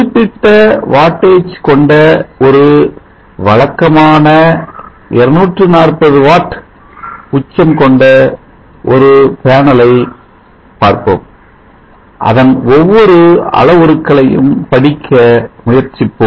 குறிப்பிட்ட wattage கொண்ட ஒரு வழக்கமான 240 வாட் உச்சம் கொண்ட ஒரு பேனலை பார்ப்போம் அதன் ஒவ்வொரு அளவுருக்களையும் படிக்க முயற்சிப்போம்